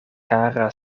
kara